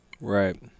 Right